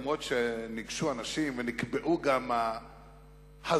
אף-על-פי שניגשו אנשים ונקבעו גם "הזוכים",